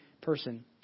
person